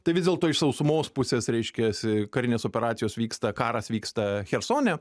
tai vis dėlto iš sausumos pusės reiškiasi karinės operacijos vyksta karas vyksta chersone